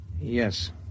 Yes